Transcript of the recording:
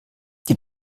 die